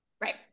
right